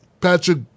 Patrick